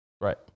Right